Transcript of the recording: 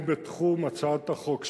הן בתחום הצעת החוק שלו,